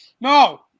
No